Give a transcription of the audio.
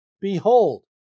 Behold